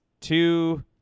two